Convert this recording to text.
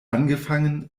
angefangen